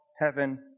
heaven